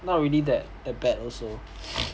not really that that bad also